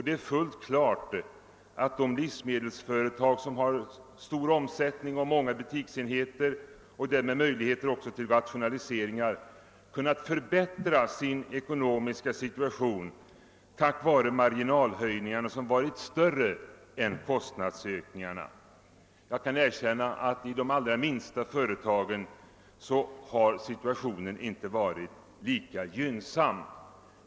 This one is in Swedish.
Det är fullt klart att de livsmedelsföretag som har stor omsättning och många butiksenheter och därmed också möjligheter till rationaliseringar kunnat förbättra sin ekonomiska situation tack vare marginalhöjningarna som varit större än kostnadsökningarna. Jag kan erkänna att situationen inte varit lika gynnsam i de allra minsta företagen.